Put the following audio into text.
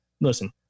listen